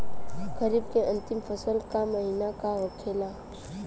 खरीफ के अंतिम फसल का महीना का होखेला?